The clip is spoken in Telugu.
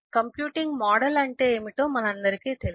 కంప్యూటింగ్ మోడల్ అంటే ఏమిటో మనందరికీ తెలుసు